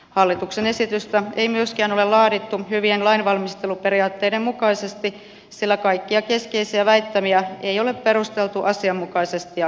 hallituksen esitystä ei myöskään ole laadittu hyvien lainvalmisteluperiaatteiden mukaisesti sillä kaikkia keskeisiä väittämiä ei ole perusteltu asianmukaisesti ja kattavasti